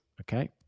okay